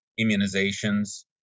immunizations